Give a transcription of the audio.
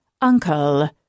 uncle